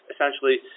essentially